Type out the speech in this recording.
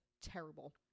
terrible